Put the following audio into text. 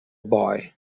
boy